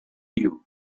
you